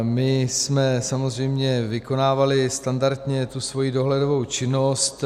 My jsme samozřejmě vykonávali standardně svoji dohledovou činnost.